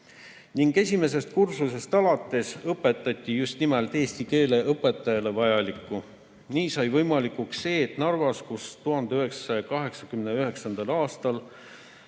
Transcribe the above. Esimesest kursusest alates õpetati just nimelt eesti keele õpetajale vajalikku. Nii sai võimalikuks see, et Narvas, kus 1989. aastal